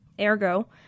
Ergo